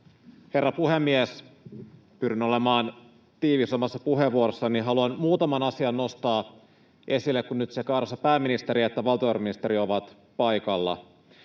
herra puhemies! Pyrin olemaan tiivis omassa puheenvuorossani. Haluan muutaman asian nostaa esille, kun nyt sekä arvoisa pääministeri että valtiovarainministeri ovat paikalla.